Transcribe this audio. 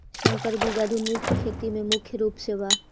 संकर बीज आधुनिक खेती में मुख्य रूप से बा